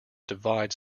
divides